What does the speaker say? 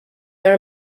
are